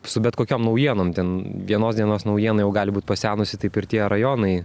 su bet kokiom naujienom ten vienos dienos naujiena jau gali būt pasenusi taip ir tie rajonai